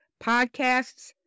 podcasts